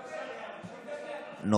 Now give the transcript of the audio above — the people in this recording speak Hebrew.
מוותר.